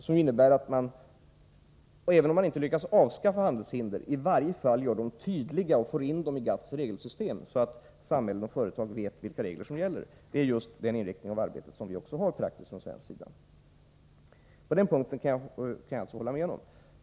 Härmed menas att man, även om man inte lyckas avskaffa handelshinder, i varje fall gör dem tydliga och får in dem i GATT:s regelsystem, så att samhälle och företag vet vad som gäller. Det är också just denna inriktning på arbetet som vi i praktiken har på svensk sida. På den punkten kan jag hålla med Staffan Burenstam Linder.